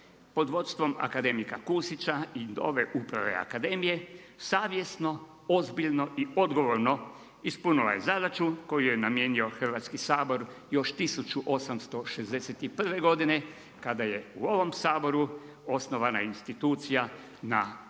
pod vodstvom akademika Kusića i ove uprave akademije, savjesno, ozbiljno i odgovorno ispunila je zadaću koju joj je namijenio Hrvatski sabor još 1861. godine kada je u ovom Saboru osnovana institucija na prijedlog